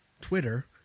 Twitter